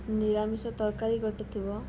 ନିରାମିଷ ତରକାରୀ ଗୋଟେ ଥିବ